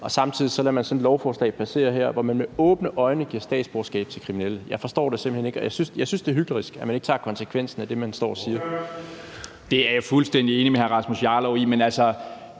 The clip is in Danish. så samtidig lade sådan et lovforslag her passere, hvor man med åbne øjne giver statsborgerskab til kriminelle. Jeg forstår det simpelt hen ikke, og jeg synes, det er hyklerisk, at man ikke tager konsekvensen af det, man står og siger. Kl. 13:22 Anden næstformand (Jeppe